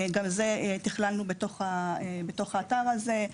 גם את זה תכללנו בתוך האתר הזה.